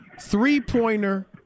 three-pointer